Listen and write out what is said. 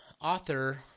author